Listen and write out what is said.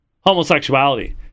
homosexuality